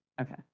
Okay